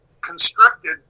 constricted